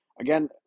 Again